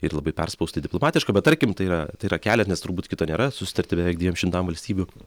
ir labai perspaustai diplomatiška bet tarkim tai yra tai yra kelias nes turbūt kito nėra susitarti beveik dviem šimtam valstybių